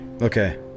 Okay